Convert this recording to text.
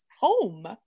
home